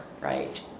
right